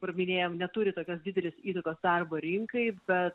kur minėjom neturi tokios didelės įtakos darbo rinkai bet